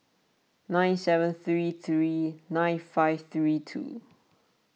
nine seven three three nine five three two